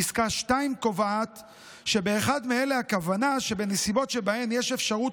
פסקה 2 קובעת שבאחד מאלה הכוונה שבנסיבות שבהן יש אפשרות